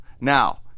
Now